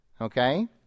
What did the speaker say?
okay